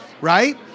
right